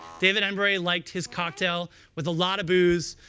david embury liked his cocktail with a lot of booze,